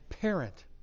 parent